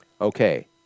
Okay